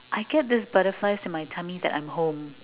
I get this butterflies in my tummy that I'm home